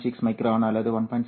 6 micron அல்லது 1